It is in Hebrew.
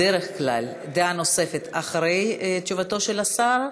בדרך כלל, דעה נוספת אחרי תשובתו של השר,